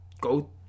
go